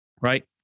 right